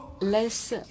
less